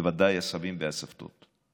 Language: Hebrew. ובוודאי הסבים והסבתות,